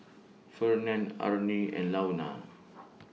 Fernand Arnie and Launa